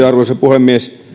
arvoisa puhemies